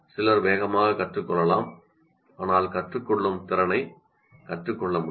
சிலர் வேகமாக கற்றுக்கொள்ளலாம் ஆனால் கற்றுக்கொள்ளும் திறனைக் கற்றுக்கொள்ள முடியும்